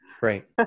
right